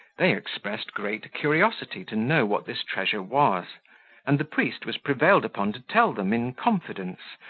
they expressed great curiosity to know what this treasure was and the priest was prevailed upon to tell them in confidence,